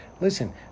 listen